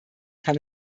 kann